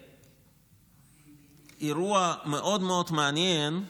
אירוע מאוד מאוד מעניין,